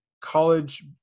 college